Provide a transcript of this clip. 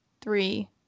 three